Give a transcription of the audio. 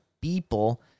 people